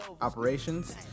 operations